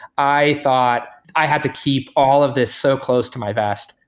i thought i had to keep all of this so close to my best.